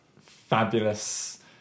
fabulous